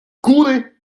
góry